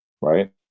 right